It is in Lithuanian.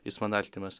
jis man artimas